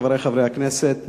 חברי חברי הכנסת,